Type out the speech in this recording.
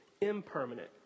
impermanent